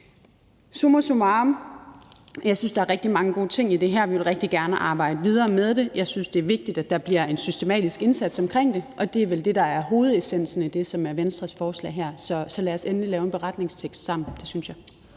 Summa summarum, jeg synes, at der er rigtig mange gode ting i det her. Vi vil rigtig gerne arbejde videre med det. Jeg synes, det er vigtigt, at der bliver en systematisk indsats omkring det, og det er vel det, der er hovedessensen i Venstres forslag her. Så lad os endelig lave en beretningstekst sammen. Det synes jeg.